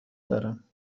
دارم